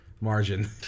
margin